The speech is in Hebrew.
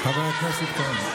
לא יהיה, מבזבזים את הזמן.